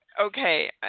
okay